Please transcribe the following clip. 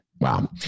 Wow